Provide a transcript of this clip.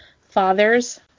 fathers